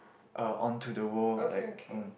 uh onto the world like